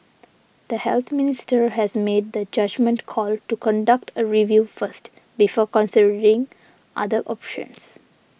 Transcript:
the Health Minister has made the judgement call to conduct a review first before considering other options